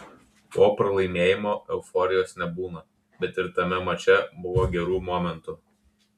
po pralaimėjimo euforijos nebūna bet ir tame mače buvo gerų momentų